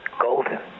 golden